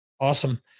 awesome